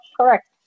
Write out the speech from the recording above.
correct